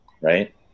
right